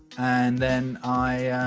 and then i